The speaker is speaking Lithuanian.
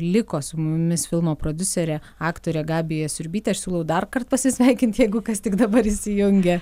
liko su mumis filmo prodiuserė aktorė gabija siurbytė aš siūlau darkart pasisveikinti jeigu kas tik dabar įsijungia